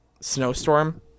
snowstorm